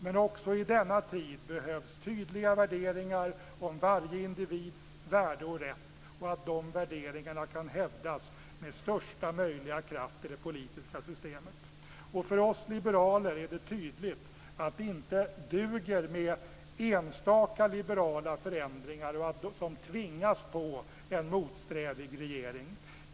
Men också i denna tid behövs tydliga värderingar om varje individs värde och rätt och att de värderingarna kan hävdas med största möjliga kraft i det politiska systemet. För oss liberaler är det tydligt att det inte duger med enstaka liberala förändringar som tvingas på en motsträvig regering.